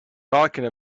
talking